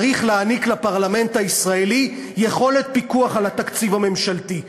צריך לתת לפרלמנט הישראלי יכולת פיקוח על התקציב הממשלתי.